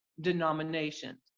denominations